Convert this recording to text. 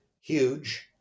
huge